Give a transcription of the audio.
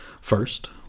first